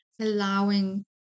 allowing